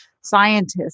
scientists